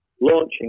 launching